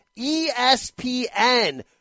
espn